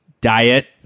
Diet